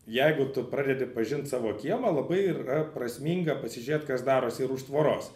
jeigu tu pradedi pažint savo kiemą labai yra prasminga pasižiūrėt kas darosi ir už tvoros